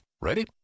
Ready